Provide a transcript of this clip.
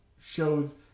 shows